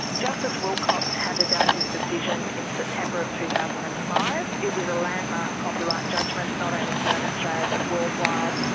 justice wilcox handed down his decision in september of two thousand and five. it was a landmark copyright judgment, not only here in australia but worldwide,